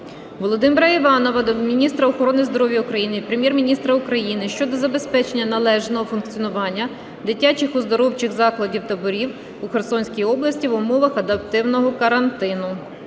Володимира Іванова до міністра охорони здоров'я України, Прем'єр-міністра України щодо забезпечення належного функціонування дитячих оздоровчих закладів (таборів) у Херсонській області в умовах адаптивного карантину.